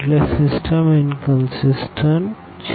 એટલે સીસ્ટમઇનકનસીસટન્ટ છે